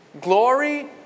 Glory